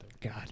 God